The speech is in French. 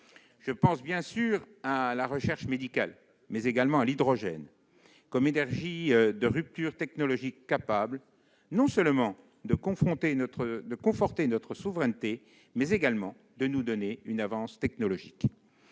Je pense, bien sûr, à la recherche médicale, mais également à l'hydrogène en tant qu'énergie de rupture technologique propre non seulement à conforter notre souveraineté, mais également à nous donner une avance technologique.